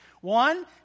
One